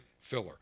filler